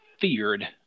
feared